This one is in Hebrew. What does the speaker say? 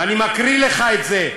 ואני מקריא לך את זה,